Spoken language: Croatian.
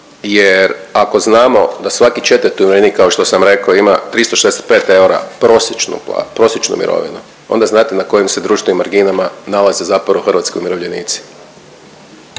jer ako znamo da svaki četvrti umirovljenik kao što sam rekao ima 365 eura prosječnu pla… prosječnu mirovinu onda znate na kojim se društvenim marginama nalaze zapravo hrvatski umirovljenici.